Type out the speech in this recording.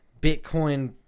Bitcoin